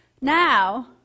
Now